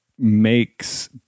makes